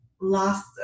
last